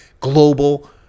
global